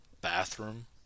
bathroom